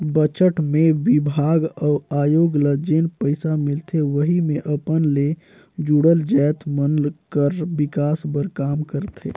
budget मे बिभाग अउ आयोग ल जेन पइसा मिलथे वहीं मे अपन ले जुड़ल जाएत मन कर बिकास बर काम करथे